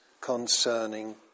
concerning